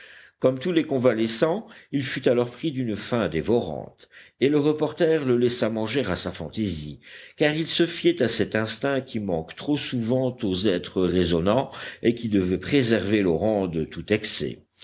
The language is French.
comme tous les convalescents il fut alors pris d'une faim dévorante et le reporter le laissa manger à sa fantaisie car il se fiait à cet instinct qui manque trop souvent aux êtres raisonnants et qui devait préserver l'orang de tout excès